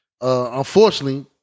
unfortunately